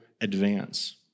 advance